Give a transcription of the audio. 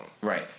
Right